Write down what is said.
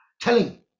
Telling